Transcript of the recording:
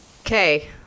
Okay